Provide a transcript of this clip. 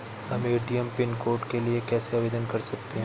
हम ATM pin code के लिए कैसे आवेदन कर सकते हैं?